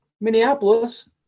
Minneapolis